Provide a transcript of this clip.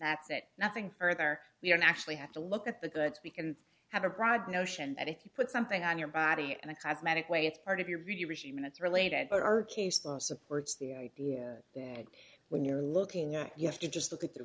that's it nothing further we don't actually have to look at the goods we can have a broad notion that if you put something on your body and a cosmetic way it's part of your beauty regime and its related but our case law supports the idea when you're looking at us to just look at the